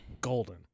Golden